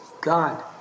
God